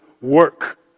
work